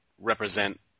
represent